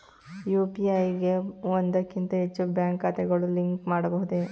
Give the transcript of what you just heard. UPI ಗೆ ಒಂದಕ್ಕಿಂತ ಹೆಚ್ಚು ಬ್ಯಾಂಕ್ ಖಾತೆಗಳನ್ನು ಲಿಂಕ್ ಮಾಡಬಹುದೇ?